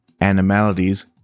animalities